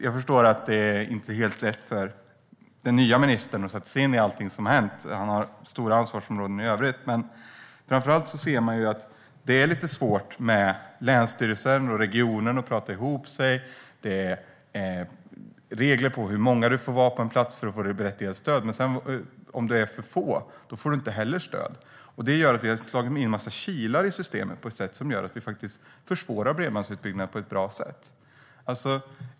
Jag förstår att det inte är helt lätt för den nye ministern att sätta sig in i allt som har hänt - han har stora ansvarsområden i övrigt. Men framför allt ser man att det är lite svårt för länsstyrelsen och regionen att prata ihop sig. Det är regler för hur många det får vara på en plats för att man ska få det berättigade stödet. Om det är för få får man inte heller stöd. Vi har slagit in en massa kilar i systemet som gör att vi faktiskt försvårar bredbandsutbyggnaden.